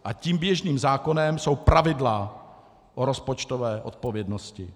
A tím běžným zákonem jsou pravidla o rozpočtové odpovědnosti.